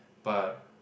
but